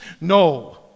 No